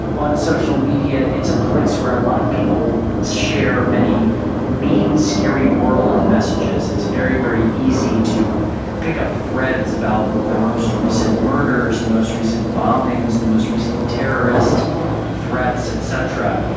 on social media it's a place where a lot of people share many mean, scary world messages. it's very, very easy to pick up threads about the most recent murders, the most recent bombings, the most recent terrorist threats et cetera.